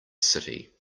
city